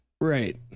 Right